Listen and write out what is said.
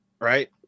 right